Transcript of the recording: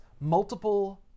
multiple